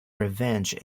revenge